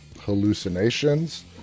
hallucinations